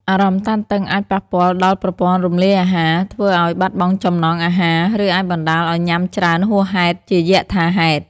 អារម្មណ៍តានតឹងអាចប៉ះពាល់ដល់ប្រព័ន្ធរំលាយអាហារ ធ្វើឲ្យបាត់បង់ចំណង់អាហារ ឬអាចបណ្ដាលឲ្យញ៉ាំច្រើនហួសហេតុជាយថាហេតុ។